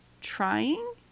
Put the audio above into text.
trying